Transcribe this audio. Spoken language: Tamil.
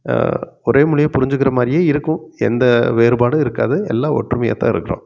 ஒரே மொழிய புரிஞ்சுக்கிற மாதிரியே இருக்கும் எந்த வேறுபாடும் இருக்காது எல்லாம் ஒற்றுமையாகத்தான் இருக்கிறோம்